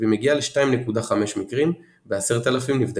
והיא מגיעה ל-2.5 מקרים ב-10,000 נבדקים.